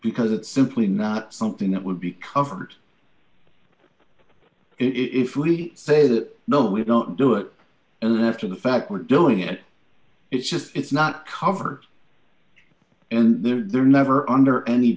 because it's simply not something that would be covered if we say that no we don't do it and then after the fact we're doing it it's just it's not covered and knew there never under any